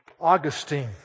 Augustine